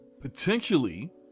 potentially